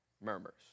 murmurs